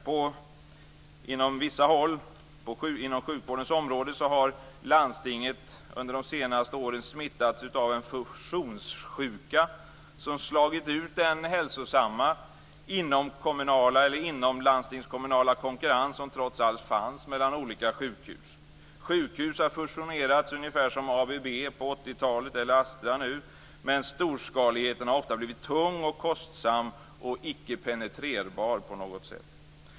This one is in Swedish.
På vissa håll inom sjukvårdens område har landstinget under de senaste åren smittats av en fusionssjuka som slagit ut den hälsosamma inomlandstingskommunala konkurrens som trots allt fanns mellan olika sjukhus. Sjukhus har fusionerats ungefär som ABB på 80-talet eller Astra nu, men storskaligheten har ofta blivit tung och kostsam och icke penetrerbar på något sätt.